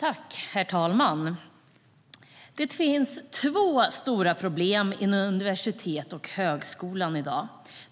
Herr talman! Det finns två stora problem inom universitet och högskolor i dag.